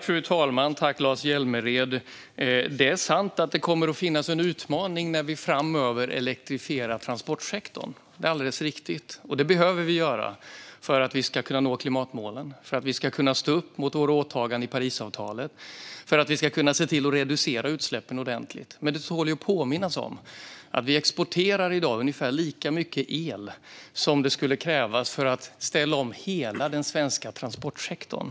Fru talman! Tack för frågan, Lars Hjälmered! Det är sant att det kommer att vara en utmaning när vi framöver elektrifierar transportsektorn. Det är alldeles riktigt. Vi behöver göra detta för att vi ska kunna nå klimatmålen, stå upp för våra åtaganden enligt Parisavtalet och reducera utsläppen ordentligt. Men det tål ju att påminnas om att vi i dag exporterar ungefär lika mycket el som skulle krävas för att ställa om hela den svenska transportsektorn.